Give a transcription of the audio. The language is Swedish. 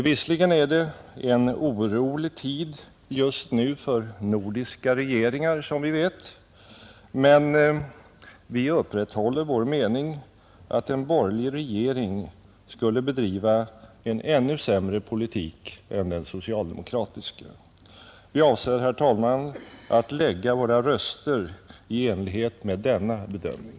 Visserligen är det en orolig tid just nu för nordiska regeringar, som alla vet, men vi vidhåller vår mening att en borgerlig regering skulle bedriva en ännu sämre politik än den socialdemokratiska. Vi avser, herr talman, att lägga våra röster i enlighet med denna bedömning.